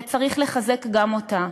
וצריך לחזק גם אותה,